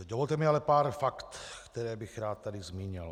Dovolte mi ale pár fakt, která bych rád tady zmínil.